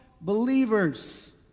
believers